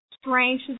strange